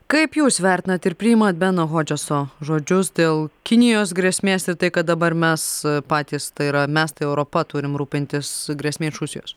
kaip jūs vertinat ir priimat beno hodžeso žodžius dėl kinijos grėsmės ir tai kad dabar mes patys tai yra mes tai europa turim rūpintis grėsme iš rusijos